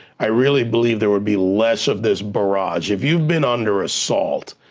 i really believe there would be less of this barrage. if you've been under assault,